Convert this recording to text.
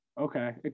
Okay